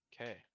Okay